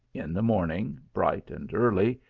in the morning, bright and early,